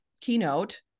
keynote